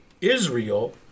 Israel